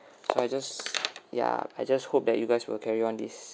so I just ya I just hope that you guys will carry on this